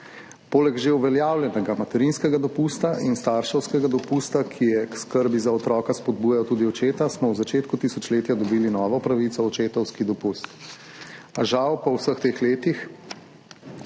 Poleg že uveljavljenega materinskega dopusta in starševskega dopusta, ki je k skrbi za otroka spodbujal tudi očeta, smo v začetku tisočletja dobili novo pravico, očetovski dopust.A žal so po vseh teh letih